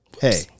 hey